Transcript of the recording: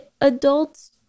adults